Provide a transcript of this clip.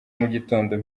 mugitondo